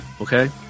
okay